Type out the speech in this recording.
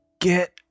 Get